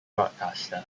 broadcaster